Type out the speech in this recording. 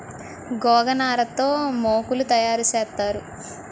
గోగనార తో మోకులు తయారు సేత్తారు